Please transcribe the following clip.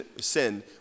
sin